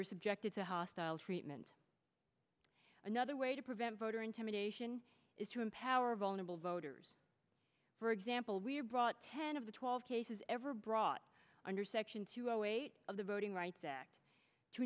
subjected to hostile treatment another way to prevent voter intimidation is to empower vulnerable voters for example we're brought ten of the twelve cases ever brought under section two zero eight of the voting rights act to